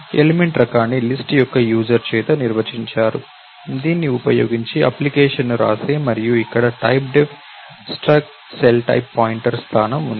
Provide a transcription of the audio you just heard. element రకాన్ని list యొక్క user చేత నిర్వచించారు దీన్ని ఉపయోగించి అప్లికేషన్ను వ్రాసే మరియు ఇక్కడ టైప్డెఫ్ స్ట్రక్ట్ సెల్టైప్ పాయింటర్ స్థానం ఉంటుంది